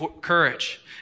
courage